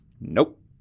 nope